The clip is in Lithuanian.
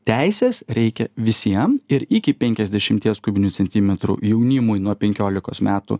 teisės reikia visiem ir iki penkiasdešimties kubinių centimetrų jaunimui nuo penkiolikos metų